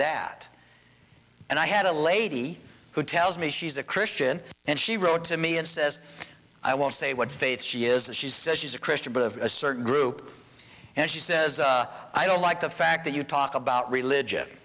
that and i had a lady who tells me she's a christian and she wrote to me and says i won't say what faith she is that she says she's a christian but of a certain group and she says i don't like the fact that you talk about religion